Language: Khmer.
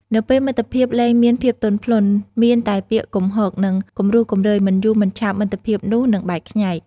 នៅពេលមិត្តភាពលែងមានភាពទន់ភ្លន់ មានតែពាក្យគំហក និង គំរោះគំរើយ មិនយូរមិនឆាប់ មិត្តភាពនោះនឹងបែកខ្ញែក។